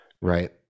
Right